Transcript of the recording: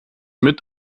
mit